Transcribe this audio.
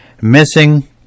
Missing